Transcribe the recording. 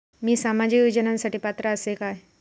मी सामाजिक योजनांसाठी पात्र असय काय?